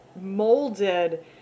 molded